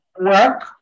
work